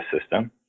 system